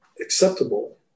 acceptable